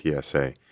PSA